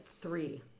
three